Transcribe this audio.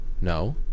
no